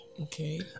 Okay